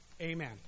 amen